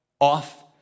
off